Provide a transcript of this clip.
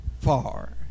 far